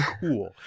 cool